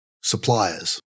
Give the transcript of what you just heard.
Suppliers